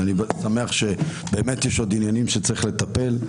ובאמת יש עוד עניינים שצריך לטפל בהם,